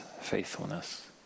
faithfulness